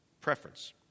preference